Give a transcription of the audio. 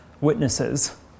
witnesses